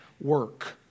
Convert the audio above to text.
work